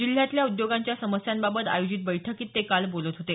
जिल्ह्यातल्या उद्योगांच्या समस्यांबाबत आयोजित बैठकीत ते काल बोलत होते